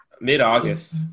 Mid-August